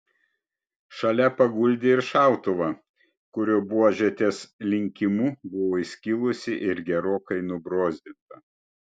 šalia paguldė ir šautuvą kurio buožė ties linkimu buvo įskilusi ir gerokai nubrozdinta